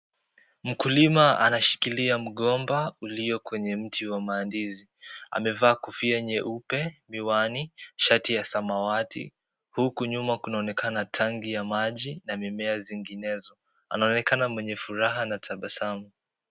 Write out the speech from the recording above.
Mkulima anashikilia mgomba, ulio kwenye mti wa mandizi. Amevaa kofia nyeupe, miwani, shati ya samawati. Huku nyuma kunaonekana tangi ya maji na mimea zinginezo. Anaonekana mwenye furaha na tabasamu.